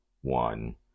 one